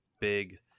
big